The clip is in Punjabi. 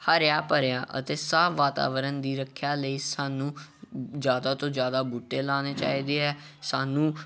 ਹਰਿਆ ਭਰਿਆ ਅਤੇ ਸਾਫ ਵਾਤਾਵਰਨ ਦੀ ਰੱਖਿਆ ਲਈ ਸਾਨੂੰ ਜ਼ਿਆਦਾ ਤੋਂ ਜ਼ਿਆਦਾ ਬੂਟੇ ਲਾਉਣੇ ਚਾਹੀਦੇ ਹੈ ਸਾਨੂੰ